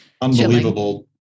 unbelievable